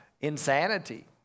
insanity